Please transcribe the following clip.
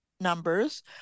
numbers